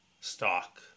stock